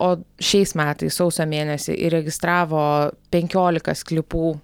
o šiais metais sausio mėnesį įregistravo penkiolika sklypų